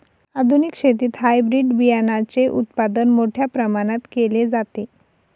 आधुनिक शेतीत हायब्रिड बियाणाचे उत्पादन मोठ्या प्रमाणात केले जाते